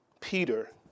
Peter